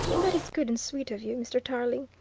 that is good and sweet of you, mr. tarling,